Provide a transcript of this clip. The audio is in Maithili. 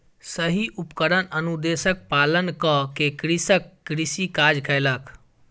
सही उपकरण अनुदेशक पालन कअ के कृषक कृषि काज कयलक